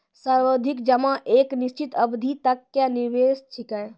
सावधि जमा एक निश्चित अवधि तक के निवेश छिकै